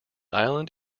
island